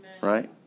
Right